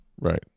right